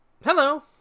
Hello